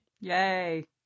Yay